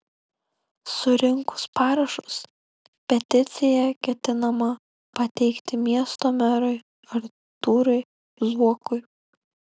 surinkus parašus peticiją ketinama pateikti miesto merui artūrui zuokui